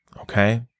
okay